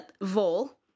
Vol